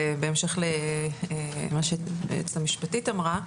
בהמשך למה שהיועצת המשפטית אמרה,